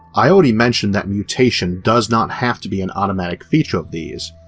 i already mentioned that mutation does not have to be an automatic feature of these,